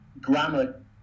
grammar